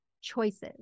choices